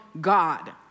God